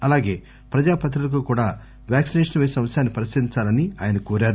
అలాగే ప్రజా ప్రతినిధులకు కూడా వ్యాక్సినేషన్ పేసే అంశాన్ని పరిశీలించాలని కోరారు